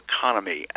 Economy